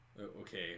okay